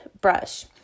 brush